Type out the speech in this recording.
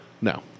No